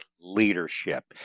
leadership